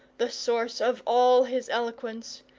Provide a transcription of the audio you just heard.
the source of all his eloquence,